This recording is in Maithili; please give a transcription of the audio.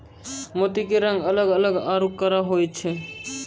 मोती के रंग अलग अलग आरो कड़ा होय छै